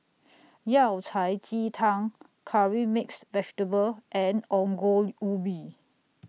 Yao Cai Ji Tang Curry Mixed Vegetable and Ongol Ubi